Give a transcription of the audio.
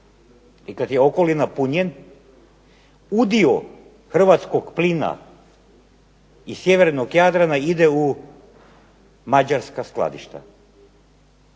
i kada je Okoli napunjen udio Hrvatskog plina iz sjevernog Jadrana ide u Mađarska skladišta,